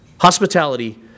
Hospitality